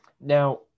Now